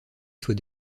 soit